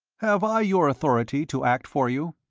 have i your authority to act for you?